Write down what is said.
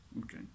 Okay